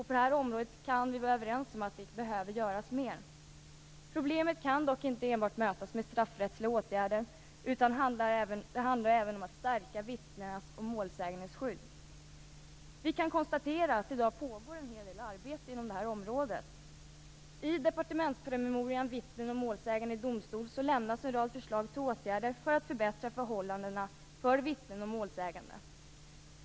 På detta område kan vi vara överens om att det behöver göras mer. Problemet kan dock inte enbart mötas med straffrättsliga åtgärder, utan det handlar även om att stärka vittnenas och målsägandenas skydd. Vi kan konstatera att det i dag pågår en hel del arbete inom detta område. I departementspromemorian Vittnen och målsäganden i domstol lämnas i dag ett förslag till åtgärder för att förbättra förhållandena för vittnen och målsäganden.